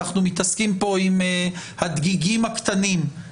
אנחנו מתעסקים פה עם הדגיגים הקטנים.